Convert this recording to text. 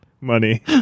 money